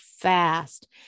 fast